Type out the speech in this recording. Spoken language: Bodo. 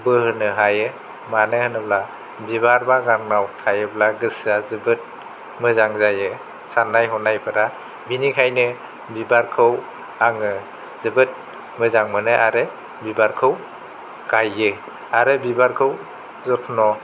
बोहोनो हायो मानो होनोब्ला बिबार बागानाव थायोब्ला गोसोया जोबोद मोजां जायो साननाय हनायफोरा बेनिखायनो बिबारखौ आङो जोबोद मोजां मोनो आरो बिबारखौ गायो आरो बिबारखौ जथन'